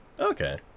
Okay